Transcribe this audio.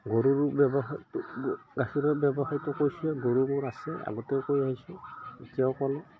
গৰুৰ ব্যৱসায়টো গাখীৰৰ ব্যৱসায়টো কৈছোঁ গৰুবোৰ আছে আগতেও কৈ আহিছোঁ এতিয়াও ক'লোঁ